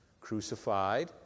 crucified